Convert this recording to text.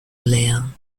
orléans